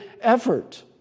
effort